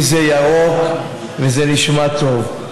כי זה ירוק וזה נשמע טוב,